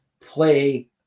play